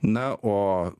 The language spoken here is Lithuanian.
na o